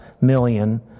million